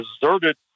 deserted